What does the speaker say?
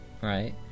Right